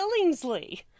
Billingsley